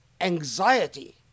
anxiety